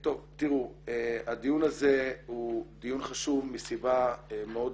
הדיון הזה הוא דיון חשוב מסיבה מאוד